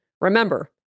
Remember